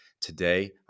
Today